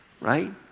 right